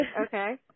Okay